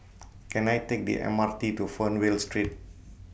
Can I Take The M R T to Fernvale Street